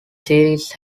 series